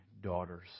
daughters